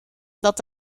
dat